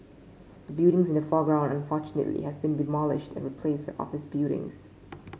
the buildings in the foreground unfortunately have been demolished and replaced by office buildings